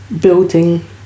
building